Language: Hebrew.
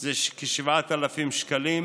זה 7,000 שקלים.